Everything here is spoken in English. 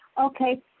Okay